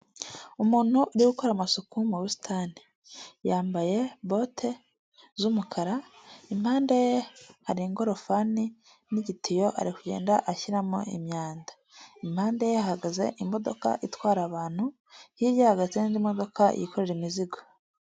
Umuntu uri gukora amasuku mu busitani. Yambaye bote z'umukara, impande ye hari ingorofani n'igitiyo ari kugenda ashyiramo imyanda. Impande ye hahagaze imodoka itwara abantu, hirya ye hahagaze n'indi modoka yikorera imizigo.